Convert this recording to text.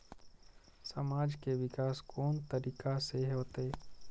समाज के विकास कोन तरीका से होते?